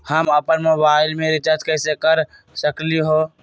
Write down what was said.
हम अपन मोबाइल में रिचार्ज कैसे कर सकली ह?